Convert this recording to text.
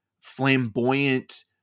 flamboyant